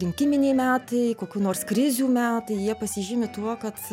rinkiminiai metai kokių nors krizių metai jie pasižymi tuo kad